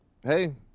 hey